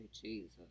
Jesus